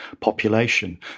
population